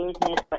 business